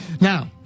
Now